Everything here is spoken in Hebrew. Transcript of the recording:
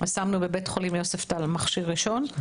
אז שמנו בבית החולים מכשיר ראשון.